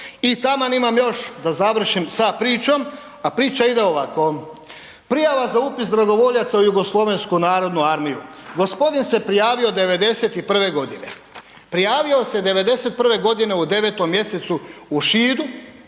I taman imam još da završim sa pričom, a priča ide ovako. Prijava za upis dragovoljaca u JNA, gospodin se prijavio '91. godine. Prijavio se '91. g. u 9. mjesecu u Šidu